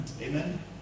Amen